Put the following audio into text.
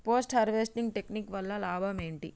Post harvesting technique వల్ల లాభం ఏంటి?